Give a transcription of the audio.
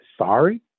sorry